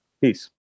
Peace